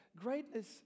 greatness